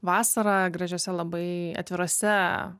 vasarą gražiose labai atvirose